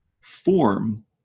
form